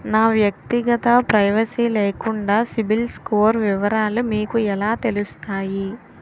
నా వ్యక్తిగత ప్రైవసీ లేకుండా సిబిల్ స్కోర్ వివరాలు మీకు ఎలా తెలుస్తాయి?